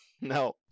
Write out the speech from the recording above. No